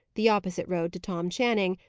the opposite road to tom channing,